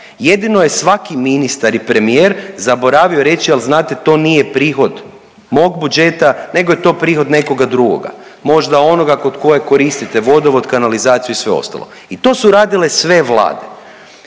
Jedino je svaki ministar i premijer zaboravio reći, ali znate, to nije prihod mog budžeta nego je to prihod nekoga drugoga. Možda onoga kod kojeg koristite vodovod, kanalizaciju i sve ostalo i to su radile sve vlade